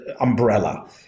umbrella